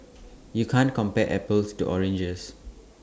you can't compare apples to oranges